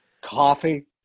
coffee